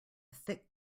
thick